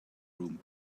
room